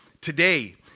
Today